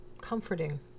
comforting